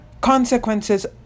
consequences